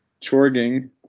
Chorging